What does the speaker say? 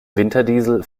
winterdiesel